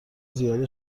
زیاد